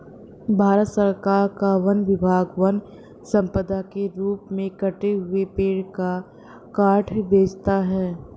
भारत सरकार का वन विभाग वन सम्पदा के रूप में कटे हुए पेड़ का काष्ठ बेचता है